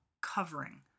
covering